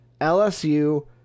LSU